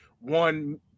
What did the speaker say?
One